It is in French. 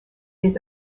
des